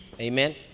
Amen